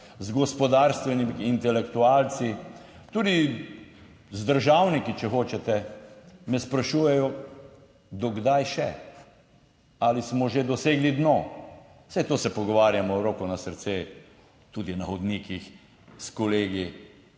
z gospodarstveniki, intelektualci, tudi z državniki, če hočete, me sprašujejo do kdaj še, ali smo že dosegli dno. Saj to se pogovarjamo, roko na srce, tudi na hodnikih s kolegi